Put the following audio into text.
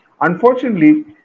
Unfortunately